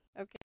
Okay